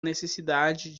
necessidade